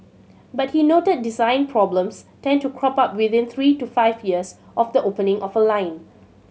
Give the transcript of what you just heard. but he noted design problems tend to crop up within three to five years of the opening of a line